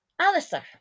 Alistair